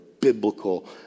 biblical